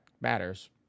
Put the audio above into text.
matters